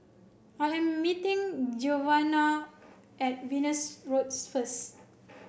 I am meeting Giovanna at Venus Road first